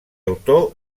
autor